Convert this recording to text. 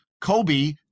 Kobe